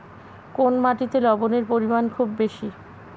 কোন মাটিতে লবণের পরিমাণ খুব বেশি?